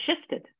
shifted